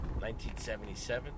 1977